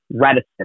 reticent